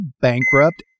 bankrupt